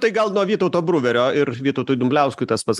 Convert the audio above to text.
tai gal nuo vytauto bruverio ir vytautui dumbliauskui tas pats